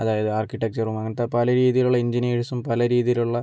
അതായത് ആർക്കിടെക്ചറും അങ്ങനത്തെ പല രീതിയിലുള്ള എഞ്ചിനിയേഴ്സും പല രീതിയിലുള്ള